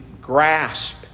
grasp